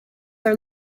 are